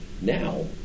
now